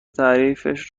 تعریفش